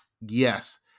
Yes